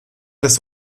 des